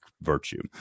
virtue